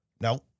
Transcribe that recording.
No